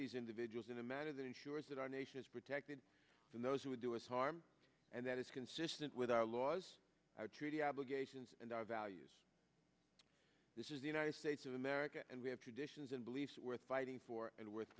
these individuals in a matter that ensures that our nation is protected from those who would do us harm and that is consistent with our laws our treaty obligations and our values this is the united states of america and we have traditions and beliefs worth fighting for and worth